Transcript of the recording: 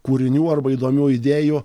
kūrinių arba įdomių idėjų